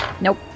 Nope